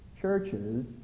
churches